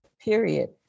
period